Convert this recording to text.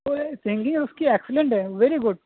تو یہ سنگنگ اس کی ایکسیلینٹ ہے ویری گڈ